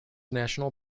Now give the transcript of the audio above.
national